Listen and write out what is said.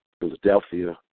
Philadelphia